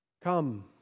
Come